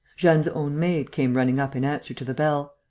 jeanne's own maid came running up in answer to the bell.